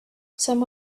some